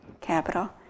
capital